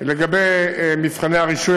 לגבי מבחני הרישוי,